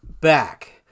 back